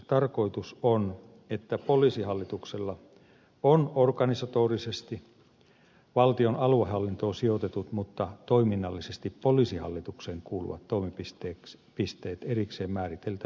tarkoitus on että poliisihallituksella on organisatorisesti valtion aluehallintoon sijoitetut mutta toiminnallisesti poliisihallitukseen kuuluvat toimipisteet erikseen määriteltävillä paikkakunnilla